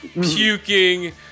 puking